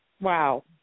wow